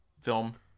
film